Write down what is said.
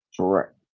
Correct